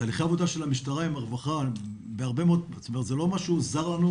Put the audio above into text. תהליכי העבודה של המשטרה עם הרווחה זה לא משהו זר לנו,